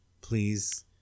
please